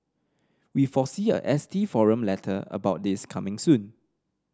we foresee a S T forum letter about this coming soon